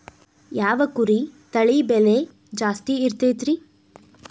ಯಾವ ಕುರಿ ತಳಿ ಬೆಲೆ ಜಾಸ್ತಿ ಇರತೈತ್ರಿ?